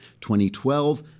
2012